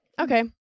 okay